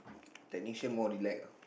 technician more relax